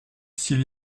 s’il